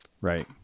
Right